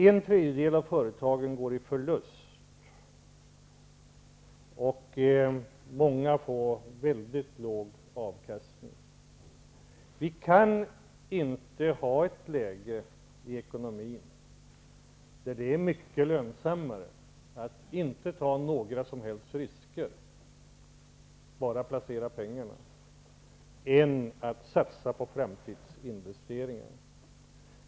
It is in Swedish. En tredjedel av företagen går med förlust, och många får mycket låg avkastning. Vi kan inte ha ett läge i ekonomin där det är mycket lönsammare att inte ta några som helst risker -- bara placera pengarna -- än att satsa på framtidsinvesteringar.